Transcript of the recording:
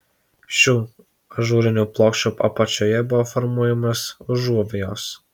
šių ažūrinių plokščių apačioje buvo formuojamos užuovėjos